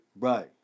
Right